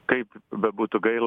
kaip bebūtų gaila